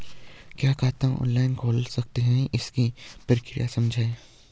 क्या खाता ऑनलाइन खोल सकते हैं इसकी प्रक्रिया समझाइए?